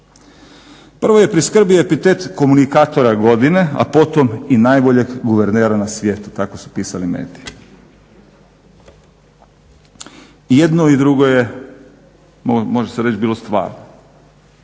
Prvo je priskrbio epitet komunikatora godine, a potom i najboljeg guvernera na svijetu, tako su pisali mediji. I jedno i drugo je može se reći bilo stvarno.